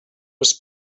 was